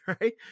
right